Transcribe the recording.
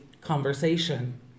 conversation